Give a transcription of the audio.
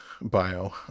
bio